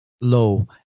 low